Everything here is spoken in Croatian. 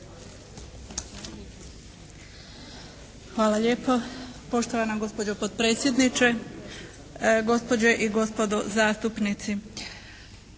Hvala lijepo. Poštovana gospođo potpredsjednice, gospođe i gospodo zastupnici.